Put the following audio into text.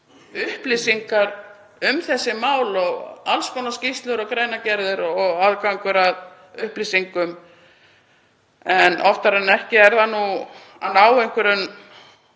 upplýsingar um þessi mál og alls konar skýrslur og greinargerðir og aðgangur að upplýsingum. En oftar en ekki er erfiðara að ná einhverjum